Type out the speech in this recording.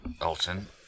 Alton